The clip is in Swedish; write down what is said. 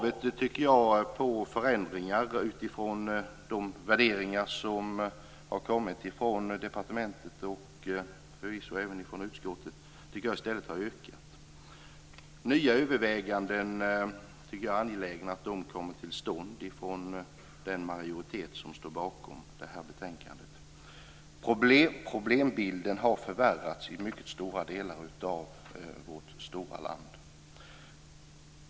Jag tycker att kravet på förändringar utifrån de värderingar som har kommit från departementet och utskottet i stället har ökat. Jag tycker att det är angeläget att nya överväganden kommer till stånd från den majoritet som står bakom det här betänkandet. Problembilden har förvärrats i mycket stora delar av vårt stora land.